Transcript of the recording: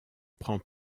prend